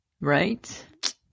Right